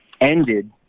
ended